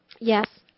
Yes